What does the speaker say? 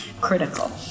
Critical